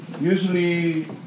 usually